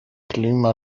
klima